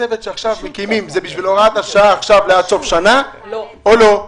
הצוות שעכשיו מקימים זה בשביל הוראת השעה עכשיו עד סוף השנה או לא?